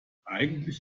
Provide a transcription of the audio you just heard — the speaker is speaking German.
eigentlich